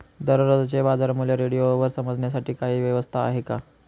दररोजचे बाजारमूल्य रेडिओवर समजण्यासाठी काही व्यवस्था आहे का?